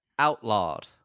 outlawed